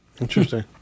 Interesting